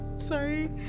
sorry